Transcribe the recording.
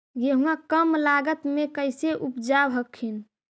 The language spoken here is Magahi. गेहुमा कम लागत मे कैसे उपजाब हखिन?